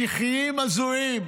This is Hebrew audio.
משיחיים הזויים,